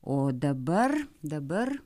o dabar dabar